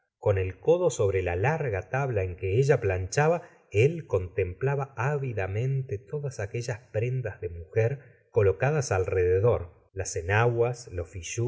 con el codo sobre la larga tabla en que ella plan la señora de bovary chaba él contemplaba ávidamente todas aquellas prendas de mujer colocadas alrededor las enaguas los